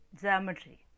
geometry